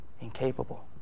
incapable